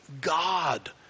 God